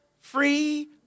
free